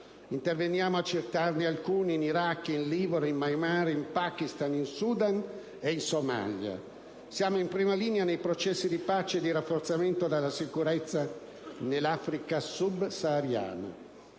Interveniamo, per citarne alcuni, in Iraq, in Libano, Myanmar, Pakistan, Sudan e Somalia. Siamo in prima linea nei processi di pace e di rafforzamento della sicurezza nell'Africa sub-sahariana,